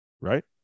Right